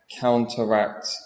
counteract